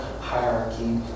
hierarchy